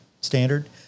standard